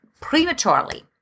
prematurely